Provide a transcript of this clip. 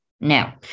Now